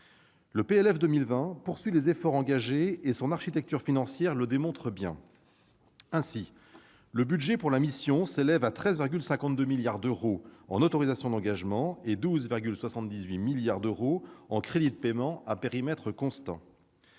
Le PLF pour 2020 poursuit les efforts engagés et son architecture financière le démontre bien. Ainsi, le budget pour la mission s'élève, à périmètre constant, à 13,52 milliards d'euros en autorisations d'engagement et à 12,78 milliards d'euros en crédit de paiement. Cette mission